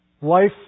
Life